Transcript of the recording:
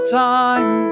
time